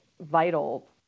vital